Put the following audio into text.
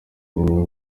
bimwe